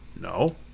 no